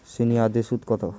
সিনিয়ারদের সুদ কত?